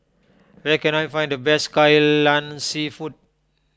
where can I find the best Kai Lan Seafood